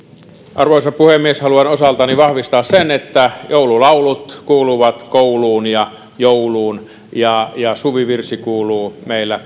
arvoisa puhemies haluan osaltani vahvistaa sen että joululaulut kuuluvat kouluun ja jouluun ja ja suvivirsi kuuluu meillä